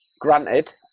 Granted